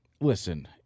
listen